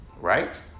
Right